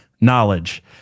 knowledge